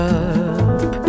up